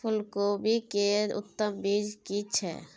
फूलकोबी के उत्तम बीज की छै?